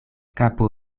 kapo